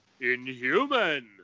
Inhuman